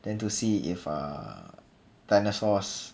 then to see if err dinosaurs